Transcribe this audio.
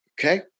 okay